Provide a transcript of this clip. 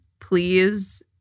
please